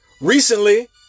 Recently